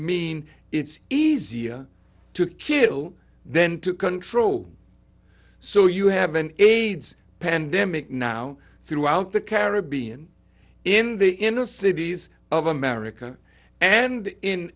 mean it's easier to kill then to control so you have an aids pandemic now throughout the caribbean in the inner cities of america and in